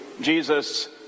Jesus